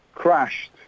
crashed